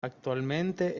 actualmente